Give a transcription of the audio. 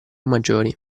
maggiori